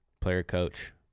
Player-coach